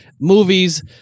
movies